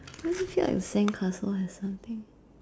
why does it feel like the sandcastle has something